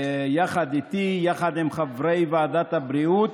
יחד איתי, יחד עם חברי ועדת הבריאות,